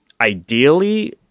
ideally